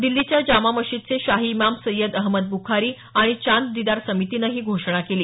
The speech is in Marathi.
दिल्लीच्या जामा मशिदचे शाही इमाम सैय्यद अहमद बुखारी आणि चाँद दिदार समितीनं ही घोषणा केली